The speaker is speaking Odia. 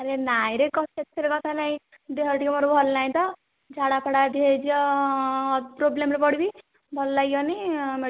ଆରେ ନାଇଁ ରେ କଣ ସେଥିରେ କଥା ନାହିଁ ଦେହ ଟିକେ ମୋର ଭଲ ନାହିଁ ତ ଝାଡା ଫାଡ଼ା ଯଦି ହେଇଯିବ ପ୍ରବ୍ଲେମ ରେ ପଡିବି ଭଲ ଲାଗିବନି ମେଡ଼ିସିନ